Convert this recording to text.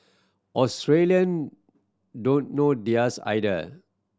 Australian don't know theirs either